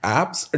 Apps